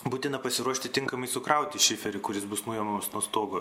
būtina pasiruošti tinkamai sukrauti šiferį kuris bus nuimamas nuo stogo